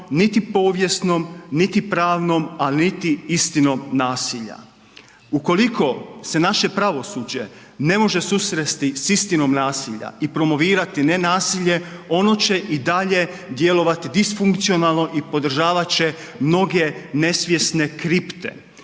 niti povijesnom, niti pravnom, ali niti istinom nasilja. Ukoliko se naše pravosuđe ne može susresti s istinom nasilja i promovirati nenasilje ono će i dalje djelovati disfunkcionalno i podržavat će mnoge nesvjesne kripte,